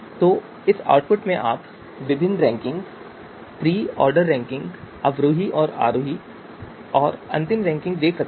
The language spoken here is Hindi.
तो इस आउटपुट में आप विभिन्न रैंकिंग प्री ऑर्डर रैंकिंग अवरोही और आरोही और अंतिम रैंकिंग देख सकते हैं